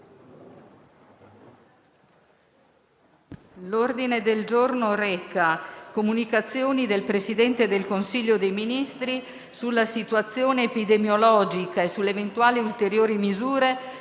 ritardi; udite le comunicazioni del Presidente del Consiglio dei ministri sulla situazione epidemiologica e sulle eventuali ulteriori misure